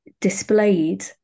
displayed